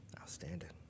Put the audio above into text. Outstanding